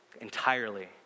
entirely